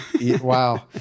Wow